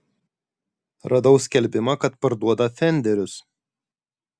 radau skelbimą kad parduoda fenderius